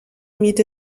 mit